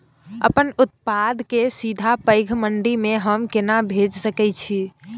अपन उत्पाद के सीधा पैघ मंडी में हम केना भेज सकै छी?